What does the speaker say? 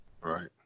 Right